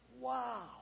Wow